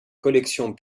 collections